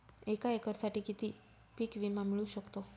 एका एकरसाठी किती पीक विमा मिळू शकतो?